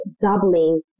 doubling